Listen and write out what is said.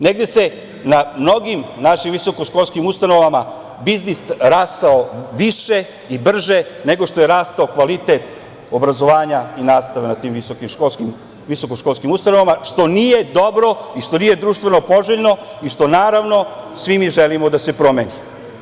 Negde je na mnogim našim visokoškolskim ustanovama biznis rastao više i brže, nego što je rastao kvalitet obrazovanja i nastava na tim visokoškolskim ustanovama, što nije dobro i što nije društveno poželjno i što, naravno, svi mi želimo da se promeni.